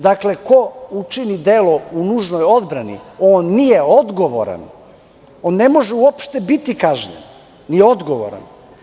Dakle, ko učini delo u nužnoj odbrani on nije odgovoran, on ne može uopšte biti kažnjen, nije odgovoran.